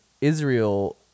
Israel